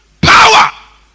power